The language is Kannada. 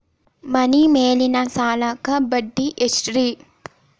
ಮನಿ ಮೇಲಿನ ಸಾಲಕ್ಕ ಬಡ್ಡಿ ಎಷ್ಟ್ರಿ?